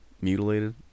mutilated